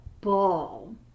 ball